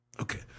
Okay